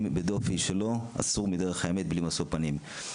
בדופי שלא אסור מדרך האמת בלי משוא פנים.".